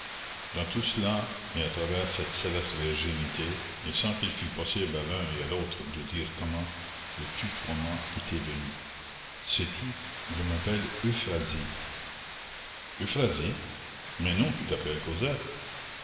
dans tout cela et à travers cette céleste virginité et sans qu'il fût possible à l'un et à l'autre de dire comment le tutoiement était venu sais-tu je m'appelle euphrasie euphrasie mais non tu t'appelles cosette